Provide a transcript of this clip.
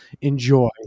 enjoy